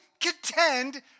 contend